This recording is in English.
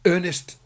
Ernest